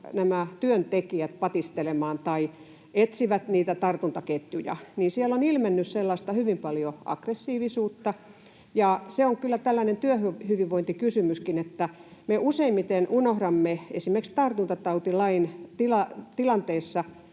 työntekijät joutuvat patistelemaan, kun etsivät niitä tartuntaketjuja. Siellä on ilmennyt hyvin paljon sellaista aggressiivisuutta, ja se on kyllä tällainen työnhyvinvointikysymyskin. Me useimmiten unohdamme esimerkiksi tartuntatautilain tilanteessa,